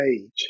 age